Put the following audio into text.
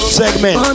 segment